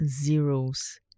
zeros